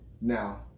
Now